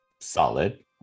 solid